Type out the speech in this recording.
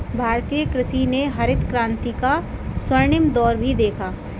भारतीय कृषि ने हरित क्रांति का स्वर्णिम दौर भी देखा